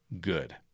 good